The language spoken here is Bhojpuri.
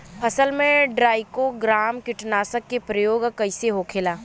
फसल पे ट्राइको ग्राम कीटनाशक के प्रयोग कइसे होखेला?